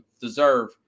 deserve